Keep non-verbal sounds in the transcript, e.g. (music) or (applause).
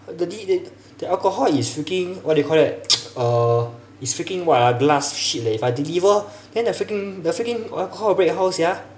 the d~ the the alcohol is freaking what do you call that (noise) uh is freaking what ah glass shit leh if I deliver then the freaking the freaking alcohol break how sia